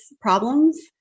problems